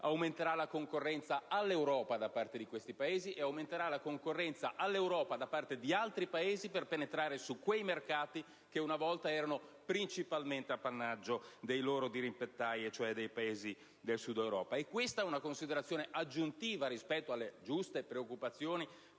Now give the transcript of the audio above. aumenterà la concorrenza all'Europa da parte loro e aumenterà la concorrenza all'Europa da parte di altri Paesi per penetrare su quei mercati che una volta erano principalmente appannaggio dei loro dirimpettai, e cioè dei Paesi del Sud Europa. Questa è una considerazione aggiuntiva rispetto alle giuste preoccupazioni